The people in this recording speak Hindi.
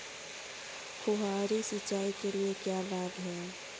फुहारी सिंचाई के क्या लाभ हैं?